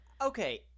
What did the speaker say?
Okay